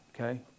Okay